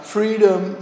Freedom